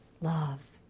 love